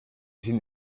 sind